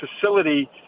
facility